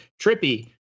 Trippy